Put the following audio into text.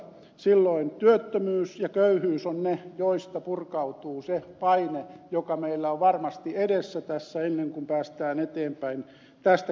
silloin työttömyys ja köyhyys ovat ne väylät joiden kautta purkautuu se paine joka meillä on varmasti edessä ennen kuin päästään eteenpäin tästä kriisistä